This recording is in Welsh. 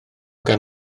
gan